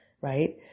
right